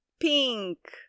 Pink